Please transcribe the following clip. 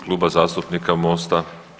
Kluba zastupnika MOST-a.